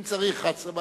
אם צריך עד 23:00,